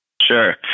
sure